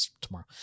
tomorrow